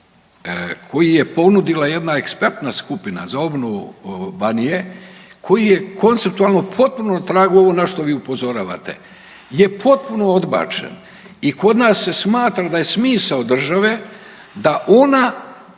koji je ponudila jedna ekspertna skupina za obnovu Banije koji je konceptualno potpuno na tragu ovo na što vi upozoravate, je potpuno odbačen i kod nas se smatra da je smisao države da ona